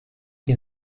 nie